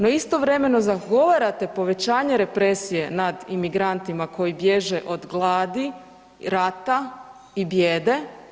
No istovremeno zagovarate povećanje represije nad migrantima koji bježe od gladi, rata i bijede.